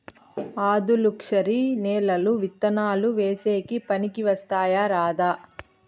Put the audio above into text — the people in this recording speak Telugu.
ఆధులుక్షరి నేలలు విత్తనాలు వేసేకి పనికి వస్తాయా రాదా?